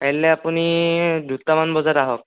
কাইলৈ আপুনি দুটামান বজাত আহক